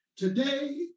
Today